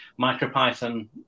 MicroPython